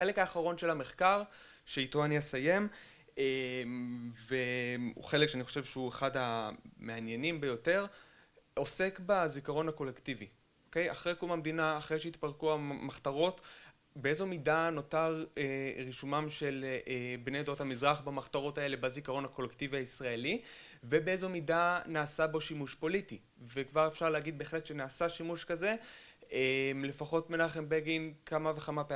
חלק האחרון של המחקר שאיתו אני אסיים הוא חלק שאני חושב שהוא אחד המעניינים ביותר, עוסק בזיכרון הקולקטיבי. אחרי קום המדינה, אחרי שהתפרקו המחתרות, באיזו מידה נותר רישומם של בני עדות המזרח במחתרות האלה בזיכרון הקולקטיבי הישראלי ובאיזו מידה נעשה בו שימוש פוליטי וכבר אפשר להגיד בהחלט שנעשה שימוש כזה לפחות מנחם בגין כמה וכמה פעמים